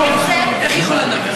איך היא יכולה לדבר?